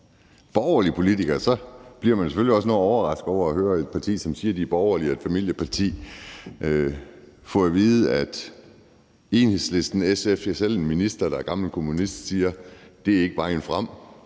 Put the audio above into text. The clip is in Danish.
borgerlig politiker bliver man jo selvfølgelig også noget overrasket over at høre et parti, som siger, at de er borgerlige og et familieparti, få at vide af Enhedslisten, SF, ja, selv en minister, der er gammel kommunist, at det ikke er vejen frem.